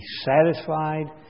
satisfied